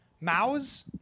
Mao's